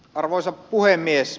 arvoisa puhemies